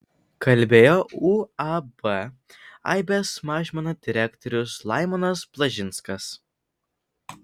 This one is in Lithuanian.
kalbėjo uab aibės mažmena direktorius laimonas blažinskas